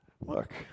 look